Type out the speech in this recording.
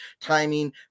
timing